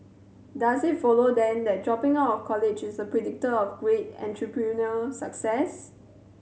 does it follow then that dropping out of college is a predictor of great entrepreneurial success